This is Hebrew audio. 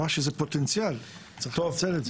היא אמרה שזה פוטנציאל וצריך לנצל את זה.